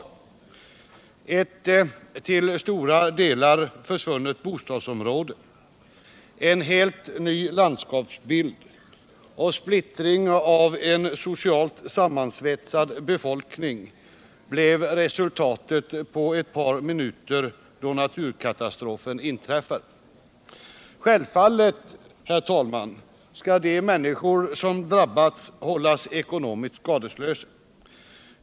Ett till stora delar försvunnet bostadsområde, en helt ny landskapsbild och splittring av en socialt sammansvetsad befolkning blev resultatet på ett par minuter, då naturkatastrofen inträffade. Självfallet skall de människor som drabbades hållas ekonomiskt skadeslösa.